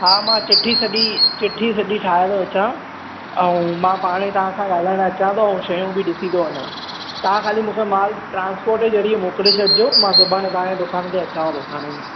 हा मां चिठी सॼी चिठी सॼी ठाहिया थो अचां ऐं मां पाण ई तव्हां सां ॻाल्हाइणु अचांव थो शयूं बि डि॒सी थो वञा तव्हां खाली मूंखा माल ट्रांसपोर्ट जे ज़रिए मोकिले छॾिजो मां सुभाणे तव्हांखे दुकान ते अचांव थो